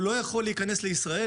הוא לא יכול להיכנס לישראל,